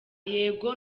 yego